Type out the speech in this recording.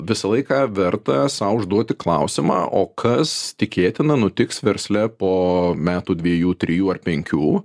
visą laiką verta sau užduoti klausimą o kas tikėtina nutiks versle po metų dviejų trijų ar penkių